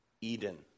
Eden